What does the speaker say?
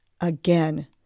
Again